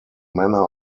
manner